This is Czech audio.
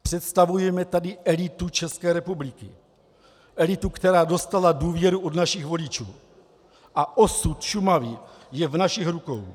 Představujeme tady elitu České republiky, elitu, která dostala důvěru od našich voličů, a osud Šumavy je v našich rukou.